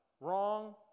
wrong